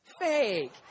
fake